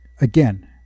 again